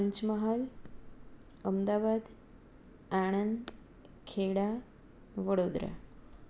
Panchmahal Ahmedabad Anand Kheda Vadodara